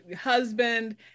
husband